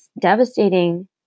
devastating